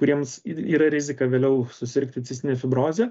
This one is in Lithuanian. kuriems yra rizika vėliau susirgti cistine fibroze